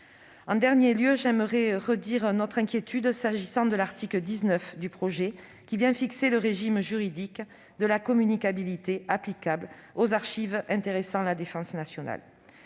En dernier lieu, je veux rappeler notre inquiétude concernant l'article 19 du projet de loi, qui vient définir le régime juridique de la communicabilité applicable aux archives intéressant la défense nationale.